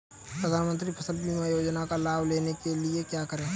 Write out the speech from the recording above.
प्रधानमंत्री फसल बीमा योजना का लाभ लेने के लिए क्या करें?